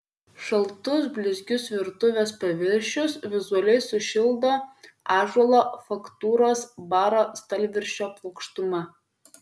šaltus blizgius virtuvės paviršius vizualiai sušildo ąžuolo faktūros baro stalviršio plokštuma